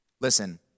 Listen